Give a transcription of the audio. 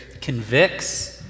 convicts